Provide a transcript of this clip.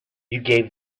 gave